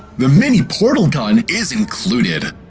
the mini-portal-gun is included.